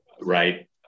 right